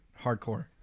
Hardcore